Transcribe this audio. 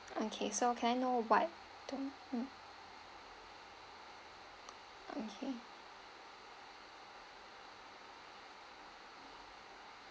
okay so can I know what don't mm okay